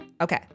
Okay